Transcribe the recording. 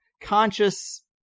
conscious